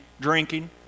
drinking